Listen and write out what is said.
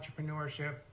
entrepreneurship